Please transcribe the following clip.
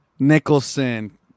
Nicholson